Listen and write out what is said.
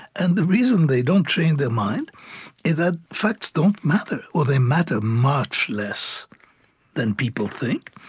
and the reason they don't change their mind is that facts don't matter, or they matter much less than people think.